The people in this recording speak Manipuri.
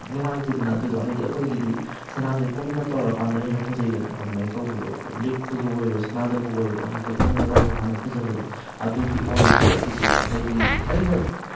ꯅꯨꯡꯉꯥꯏꯇꯦꯅ ꯑꯗꯨꯗꯣ ꯍꯥꯏꯗꯤ ꯑꯩꯈꯣꯏꯒꯤꯗꯤ ꯁꯅꯥꯁꯦ ꯀꯨꯡꯅ ꯇꯧꯔꯀꯥꯟꯗꯅ ꯍꯦꯟꯅ ꯐꯖꯩꯗꯅ ꯑꯗꯨꯃꯥꯏꯅ ꯇꯧꯕꯗꯣ ꯂꯤꯛꯇꯁꯨ ꯑꯣꯏꯔꯣ ꯁꯅꯥꯗꯕꯨ ꯑꯣꯏꯔꯣ ꯍꯦꯛꯇ ꯀꯨꯡꯅ ꯇꯧꯕꯀꯥꯟꯗ ꯐꯖꯕꯗꯣ ꯑꯗꯨꯗꯤ ꯑꯣꯏꯗꯦ ꯑꯗꯨꯗꯨꯒ ꯍꯥꯏꯗꯤ ꯑꯩꯅ